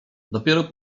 dopiero